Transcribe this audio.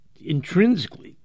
intrinsically